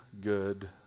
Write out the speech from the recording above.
good